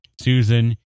Susan